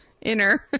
Inner